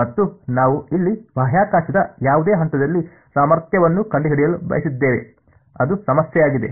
ಮತ್ತು ನಾವು ಇಲ್ಲಿ ಬಾಹ್ಯಾಕಾಶದ ಯಾವುದೇ ಹಂತದಲ್ಲಿ ಸಾಮರ್ಥ್ಯವನ್ನು ಕಂಡುಹಿಡಿಯಲು ಬಯಸಿದ್ದೇವೆ ಅದು ಸಮಸ್ಯೆಯಾಗಿದೆ